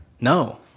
no